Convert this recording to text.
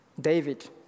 David